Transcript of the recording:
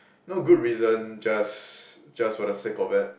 no good reason just just for the sake of it